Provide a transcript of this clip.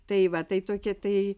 tai va tai tokie tai